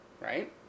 Right